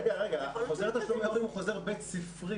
רגע, רגע, חוזר תשלומי הורים הוא חוזר בית ספרי.